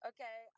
Okay